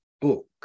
book